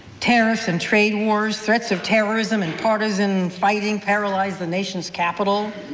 tariffs and trade wars, threats of terrorism and partisan fighting paralyze the nation's capital.